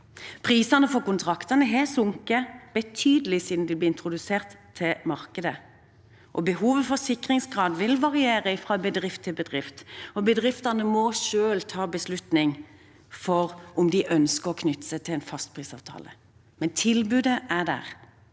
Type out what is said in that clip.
Prisene for kontraktene har sunket betydelig siden de ble introdusert til markedet. Behovet for sikringsgrad vil variere fra bedrift til bedrift, og bedriftene må selv ta beslutningen om de ønsker å knytte seg til en fastprisavtale, men tilbudet er der,